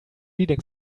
leading